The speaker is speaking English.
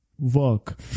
work